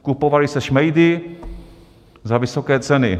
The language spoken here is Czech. Kupovaly se šmejdy za vysoké ceny.